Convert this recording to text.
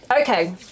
Okay